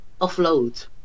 offload